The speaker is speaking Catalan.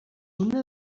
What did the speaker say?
una